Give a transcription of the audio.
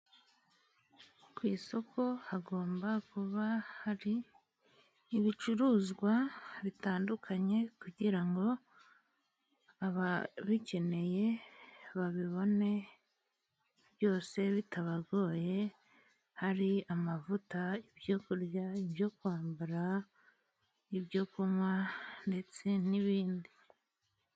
Ku isoko hagomba kuba hari ibicuruzwa bitandukanye kugira ngo ababikeneye babibone byose bitabagoye. Hari amavuta, ibyo kurya, ibyo kwambara, ibyo kunywa ndetse n'ibindi.